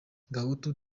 gahutu